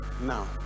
now